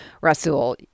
Rasul